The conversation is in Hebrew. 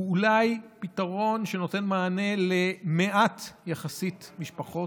הוא אולי פתרון שנותן מענה למעט יחסית משפחות,